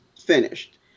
finished